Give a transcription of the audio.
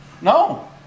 No